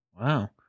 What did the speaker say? Wow